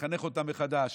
נחנך אותם מחדש.